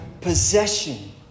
possession